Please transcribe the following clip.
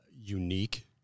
unique